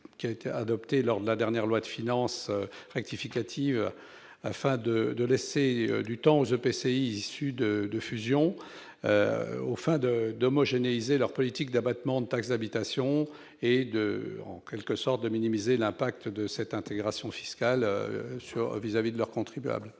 qui a été retenue lors de l'examen de la dernière loi de finances rectificative, afin de laisser du temps aux EPCI issus de fusion d'homogénéiser leurs politiques d'abattement de taxe d'habitation et ainsi de minimiser l'impact de cette intégration fiscale sur leurs contribuables.